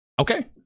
Okay